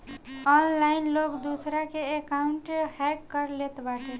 online लोग दूसरा के अकाउंटवे हैक कर लेत बाटे